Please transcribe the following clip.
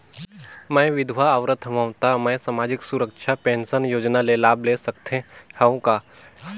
मैं विधवा औरत हवं त मै समाजिक सुरक्षा पेंशन योजना ले लाभ ले सकथे हव का?